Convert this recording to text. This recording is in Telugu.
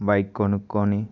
బైక్ కొనుక్కోని